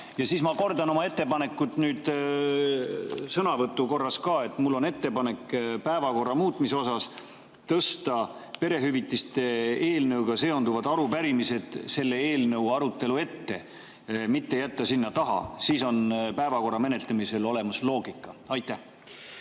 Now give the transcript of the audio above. Ja siis ma kordan oma ettepanekut nüüd sõnavõtu korras ka. Mul on ettepanek päevakorra muutmise kohta: tõsta perehüvitiste eelnõuga seonduvad arupärimised selle eelnõu arutelu ette, mitte jätta sinna taha. Siis on päevakorra menetlemisel olemas loogika. Aitäh!